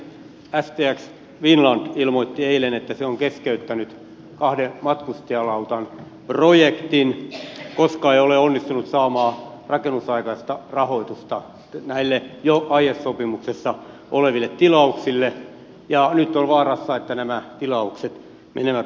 stx finland ilmoitti eilen että se on keskeyttänyt kahden matkustajalautan projektin koska ei ole onnistunut saamaan rakennusaikaista rahoitusta näille jo aiesopimuksessa oleville tilauksille ja nyt on vaarassa että nämä tilaukset menevät muualle